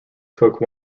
took